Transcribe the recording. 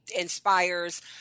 inspires